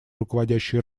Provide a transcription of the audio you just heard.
руководящей